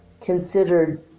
considered